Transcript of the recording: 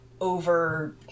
over